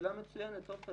שאלה מצוינת, עפר.